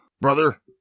brother